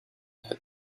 had